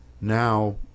now